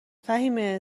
فهیمه